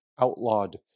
outlawed